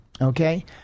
okay